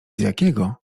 jakiego